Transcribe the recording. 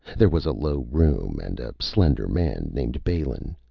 there was a low room, and a slender man named balin,